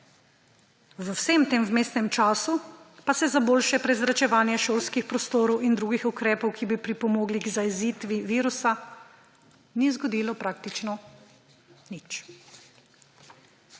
V vsem tem vmesnem času pa se za boljše prezračevanje šolskih prostorov in drugih ukrepov, ki bi pripomogli k zajezitvi virusa, ni zgodilo praktično nič.